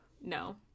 No